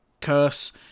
curse